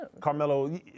Carmelo